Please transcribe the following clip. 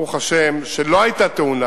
ברוך השם שלא היתה תאונה